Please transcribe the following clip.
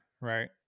Right